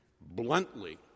bluntly